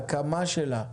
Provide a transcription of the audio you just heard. ההקמה שלה,